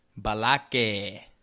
Balake